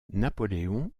napoléon